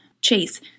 chase